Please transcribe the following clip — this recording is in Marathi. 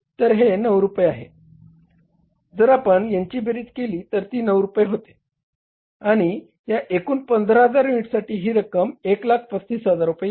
तर हे 9 रुपये आहे जर आपण यांची बेरीज केली तर ती 9 रुपये येते आणि या एकूण 15000 युनिटसाठी ही रक्कम 135000 रुपये येते